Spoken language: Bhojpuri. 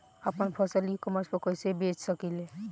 आपन फसल ई कॉमर्स पर कईसे बेच सकिले?